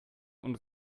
und